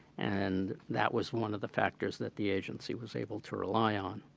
and that was one of the factors that the agency was able to rely on.